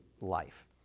life